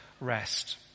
rest